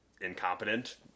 incompetent